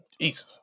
Jesus